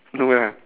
no ah